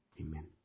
amen